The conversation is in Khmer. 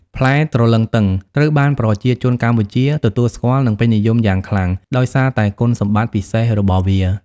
ផ្លែទ្រលឹងទឹងត្រូវបានប្រជាជនកម្ពុជាទទួលស្គាល់ និងពេញនិយមយ៉ាងខ្លាំងដោយសារតែគុណសម្បត្តិពិសេសរបស់វា។